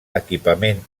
equipament